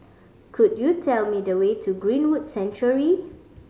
could you tell me the way to Greenwood Sanctuary